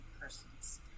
persons